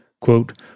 Quote